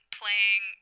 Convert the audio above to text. playing